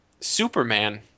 Superman